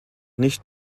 nicht